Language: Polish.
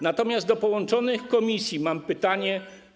Natomiast do połączonych komisji mam pytanie.